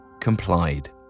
complied